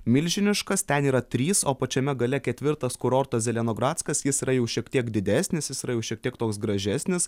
milžiniškas ten yra trys o pačiame gale ketvirtas kurortas zelenogratskas jis yra jau šiek tiek didesnis jis yra jau šiek tiek toks gražesnis